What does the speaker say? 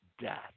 death